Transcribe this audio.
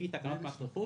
לפי תקנות מס רכוש,